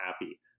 happy